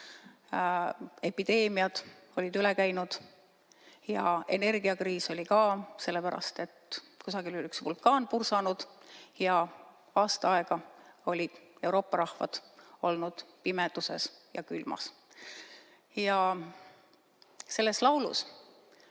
epideemiad olid üle käinud ja energiakriis oli ka, sest kusagil oli üks vulkaan pursanud ja aasta aega olid Euroopa rahvad olnud pimeduses ja külmas. Selles laulus,